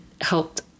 helped